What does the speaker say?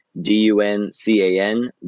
D-U-N-C-A-N